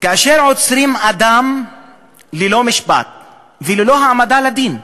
כאשר עוצרים אדם ללא משפט וללא העמדה לדין,